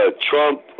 Trump